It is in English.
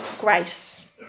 grace